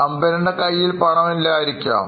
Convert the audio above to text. കമ്പനിയുടെ കയ്യിൽ പണം ഇല്ലാതിരിക്കാം